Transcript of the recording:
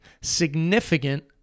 significant